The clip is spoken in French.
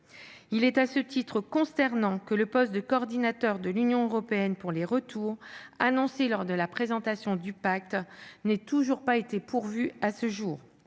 il est consternant que le poste de coordinateur de l'Union européenne pour les retours, annoncé lors de la présentation du pacte, n'ait toujours pas été pourvu à ce jour.